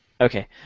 Okay